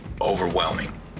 overwhelming